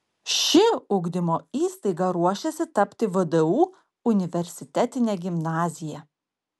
ši ugdymo įstaiga ruošiasi tapti vdu universitetine gimnazija